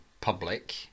public